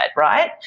right